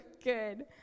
good